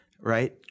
right